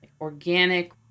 organic